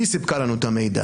היא סיפקה לנו את המידע.